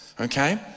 okay